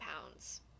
pounds